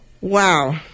Wow